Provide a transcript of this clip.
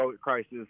crisis